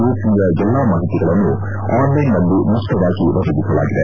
ಯೋಜನೆಯ ಎಲ್ಲಾ ಮಾಹಿತಿಗಳನ್ನು ಆನ್ಲೈನ್ನಲ್ಲಿ ಮುಕ್ತವಾಗಿ ಒದಗಿಸಲಾಗಿದೆ